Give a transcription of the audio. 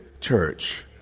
church